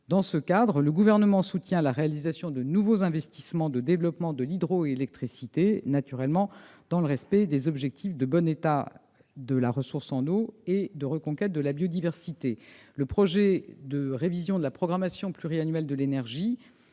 Dans ce cadre, le Gouvernement soutient la réalisation de nouveaux investissements pour développer l'hydroélectricité, dans le respect, naturellement, des objectifs de bon état de la ressource en eau et de reconquête de la biodiversité. À la faveur du projet de révision de la programmation pluriannuelle de l'énergie,